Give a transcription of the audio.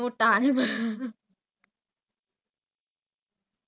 where where is like எங்க எங்க:enga enga your cousins lah